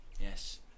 Yes